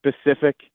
specific